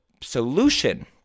solution